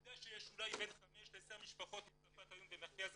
העובדה שיש אולי בין חמש לעשר משפחות מצרפת היום במרכזי קליטה,